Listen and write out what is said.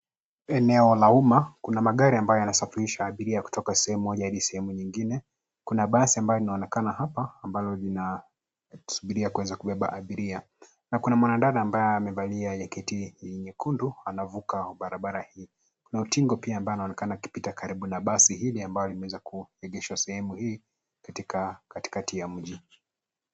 Eneo la umma, kuna magari ambayo yanasafirisha abiria kutoka sehemu moja hadi sehemu nyingine. Kuna basi ambayo inaonekana hapa ambalo linasubiria kuweza kubeba abiria na kuna mwanadada ambaye amevalia jaketi nyekundu anavuka barabara hii. Kuna utingo pia ambaye anaonekana akipita karibu na basi hili ambalo limeweza kuegeshwa sehemu hii katikati ya mji.